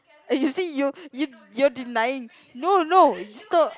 eh you see you you you're denying no no